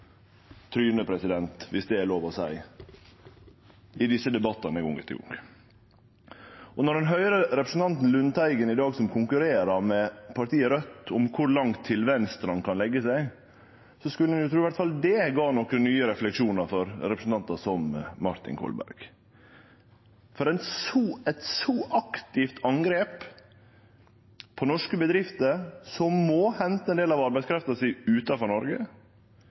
viss det er lov til å seie – i desse debattane gong etter gong. Når ein høyrer representanten Lundteigen i dag, som konkurrerer med partiet Raudt om kor langt til venstre han kan leggje seg, skulle ein tru iallfall det gav nokre nye refleksjonar for representantar som Martin Kolberg. Eit så aktivt angrep på norske bedrifter som må hente ein del av arbeidskrafta si utanfor Noreg,